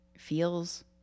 Feels